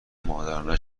مادرانه